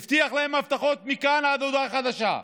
הבטיח להם הבטחות מכאן עד הודעה חדשה,